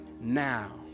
now